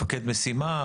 מפקד משימה,